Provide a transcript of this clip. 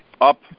up